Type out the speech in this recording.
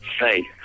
say